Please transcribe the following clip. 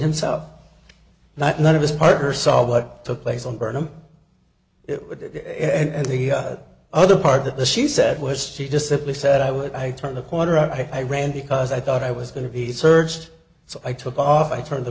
himself that none of his partner saw what took place on burnham and the other part that the she said was she just simply said i would i turned the corner i ran because i thought i was going to be searched so i took off i turned the